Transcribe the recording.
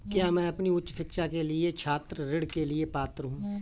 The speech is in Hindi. क्या मैं अपनी उच्च शिक्षा के लिए छात्र ऋण के लिए पात्र हूँ?